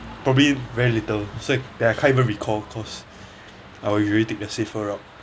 probably very little it's like I can't even recall cause I will usually take the safer route